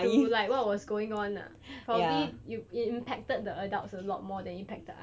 to like what was going on ah probably in it impacted the adults a lot more than it impacted us